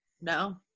no